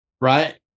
right